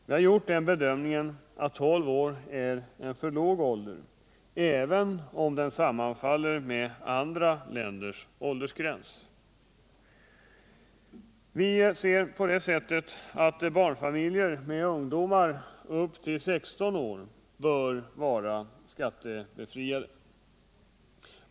Vi har gjort bedömningen att 12 år ären för låg ålder, även om den sammanfaller med andra länders åldersgräns. I barnfamiljer med ungdomar upp till 16 år bör dessa vara skattebefriade.